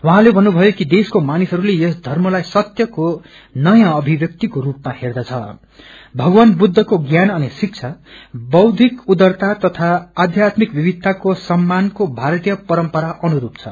उहाँले भन्नुभयो कि देशको मानिसहरूले यस धर्मलाई सत्यको नयाँ अभिव्यक्ति ज्ञान अनि शिक्षा बौद्धिक उदारता तथा आध्यात्मिक विविधताको सममानको भारतीय परम्परा अनुरूप छ